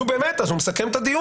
נו, באמת, אז הוא מסכם את הדיון.